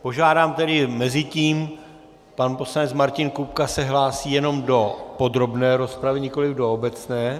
Požádám tedy mezitím pan poslanec Martin Kupka se hlásí jenom do podrobné rozpravy, nikoliv do obecné.